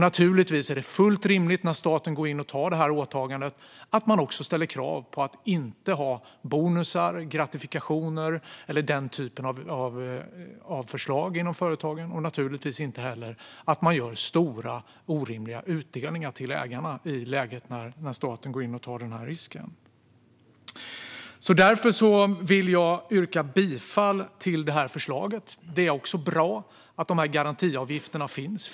Naturligtvis är det, när staten går in och gör detta åtagande, fullt rimligt att man också ställer krav på att bonusar, gratifikationer och den typen av förslag inte ska förekomma inom företagen, och naturligtvis inte heller stora, orimliga utdelningar till ägarna i ett läge där staten går in och tar denna risk. Jag vill därför yrka bifall till förslaget. Det är bra att garantiavgifterna finns.